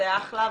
זה אחלה,